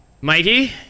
Mikey